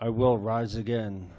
i will rise again